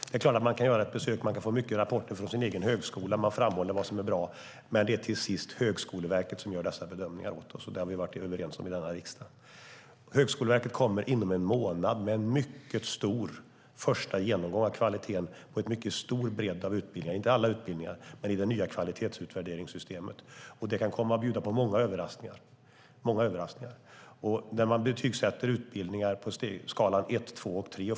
Det är klart att man kan göra ett besök och få mycket rapporter från sin egen högskola där det framhålls vad som är bra. Men det är till sist Högskoleverket som gör dessa bedömningar åt oss. Det har vi varit överens om i denna riksdag. Högskoleverket kommer inom en månad med en mycket stor första genomgång av kvaliteten i en stor bredd av utbildningar, fast inte alla, i det nya kvalitetsutvärderingssystemet. Det kan komma att bjuda på många överraskningar. Man betygssätter utbildningar i en skala från 1 till 3.